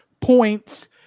points